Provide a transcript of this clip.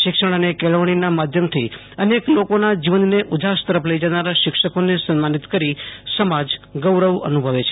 શિક્ષણ અને કેળવણીના માધ્યમથી અનેક લોકોના જીવનને ઉજાસ તરફ લઇ જનારા શિક્ષકોને સન્માનિત કરી સમાજ ગૌરવ અનુભવે છે